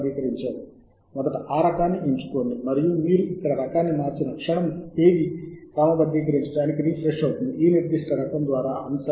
మీరు సముచితంగా ఎంచుకోవచ్చు మరియు సేవ్ చేసిన జాబితాపై నొక్కండి మరియు మీ జాబితా లో ఆ అంశాలు ఉంటాయి